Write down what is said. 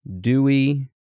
Dewey